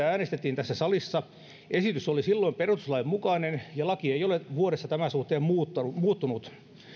äänestettiin tässä salissa esitys oli silloin perustuslain mukainen ja laki ei ole vuodessa tämän suhteen muuttunut muuttunut